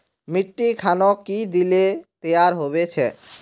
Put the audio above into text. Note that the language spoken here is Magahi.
मिट्टी खानोक की दिले तैयार होबे छै?